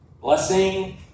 blessing